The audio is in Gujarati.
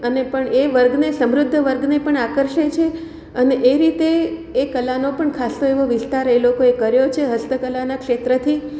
અને પણ એ વર્ગને સમૃદ્ધ વર્ગને પણ આકર્ષે છે અને એ રીતે એ કલાનો પણ ખાસો એવો વિસ્તાર એ લોકોએ કર્યો છે હસ્તકલાના ક્ષેત્રેથી